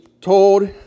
told